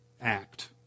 act